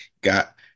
got